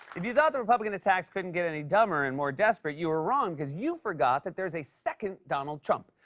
if you thought the republican attacks couldn't get any dumber and more desperate, you were wrong because you forgot that there's a second donald trump.